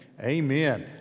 Amen